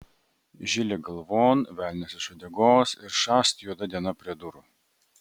žilė galvon velnias iš uodegos ir šast juoda diena prie durų